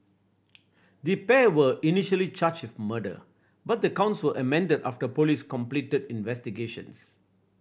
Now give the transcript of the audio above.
the pair were initially charged with murder but the counts were amended after police completed investigations